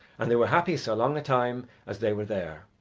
and they were happy so long a time as they were there.